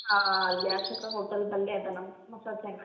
ಹಾಂ ಅಲ್ಲೆ ಅಶೋಕ ಹೋಟೆಲ್ ಬಲ್ಲೆ ಅದ ನಮ್ದು ಹೊಸ ಸೆಂಟ್ರ್